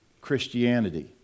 Christianity